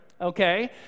okay